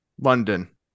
London